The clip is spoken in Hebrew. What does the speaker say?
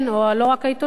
או לא רק העיתונות,